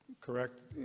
Correct